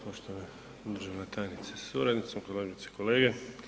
Poštovana državna tajnice sa suradnicom, kolegice i kolege.